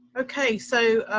ok, so.